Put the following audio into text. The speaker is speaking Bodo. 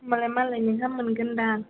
होनबालाय मालाय नोंहा मोनगोन दां